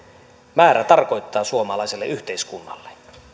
määrä tarkoittaa suomalaiselle yhteiskunnalle